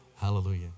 Hallelujah